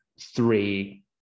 three